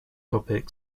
topic